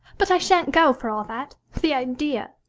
but i shan't go, for all that. the idea!